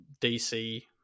DC